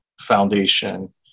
foundation